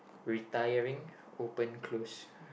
retiring open close